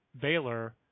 Baylor